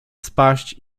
spaść